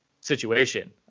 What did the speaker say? situation